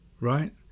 Right